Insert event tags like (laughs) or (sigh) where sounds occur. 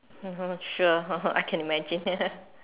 (laughs) sure (laughs) I can imagine (laughs)